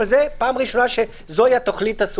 אבל פעם ראשונה שזוהי התכלית.